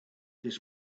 this